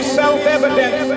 self-evident